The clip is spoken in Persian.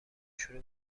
شروع